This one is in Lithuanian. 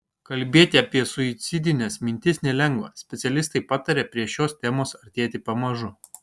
kalbėti apie suicidines mintis nelengva specialistai pataria prie šios temos artėti pamažu